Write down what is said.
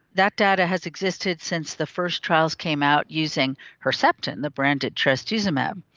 that data has existed since the first trials came out using herceptin, the branded trastuzumab.